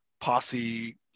Posse